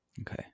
Okay